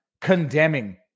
condemning